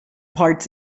parts